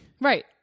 Right